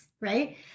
right